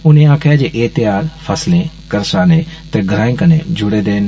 उनें आक्खेआ जे एह त्यौहार फसलें करसानें ते ग्राएं कन्नै जुड़े दे न